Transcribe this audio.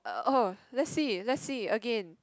uh oh let's see let's see again